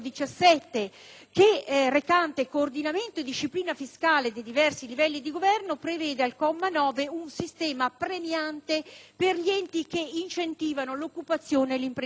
17, recante coordinamento e disciplina fiscale dei diversi livello di Governo, che prevede, al comma 9, un sistema premiante per gli enti che incentivano l'occupazione e l'imprenditorialità